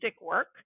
work